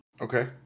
Okay